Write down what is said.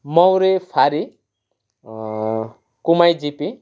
मौरे फारी कुमाई जिपी